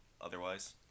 otherwise